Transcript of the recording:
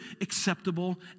acceptable